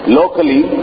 locally